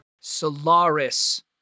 Solaris